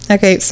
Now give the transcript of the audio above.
Okay